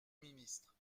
ministre